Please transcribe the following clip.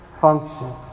functions